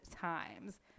times